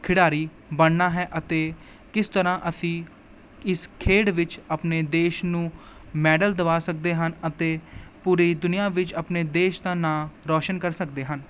ਖਿਡਾਰੀ ਬਣਨਾ ਹੈ ਅਤੇ ਕਿਸ ਤਰ੍ਹਾਂ ਅਸੀਂ ਇਸ ਖੇਡ ਵਿੱਚ ਆਪਣੇ ਦੇਸ਼ ਨੂੰ ਮੈਡਲ ਦਵਾ ਸਕਦੇ ਹਨ ਅਤੇ ਪੂਰੀ ਦੁਨੀਆਂ ਵਿੱਚ ਆਪਣੇ ਦੇਸ਼ ਦਾ ਨਾਂ ਰੋਸ਼ਨ ਕਰ ਸਕਦੇ ਹਨ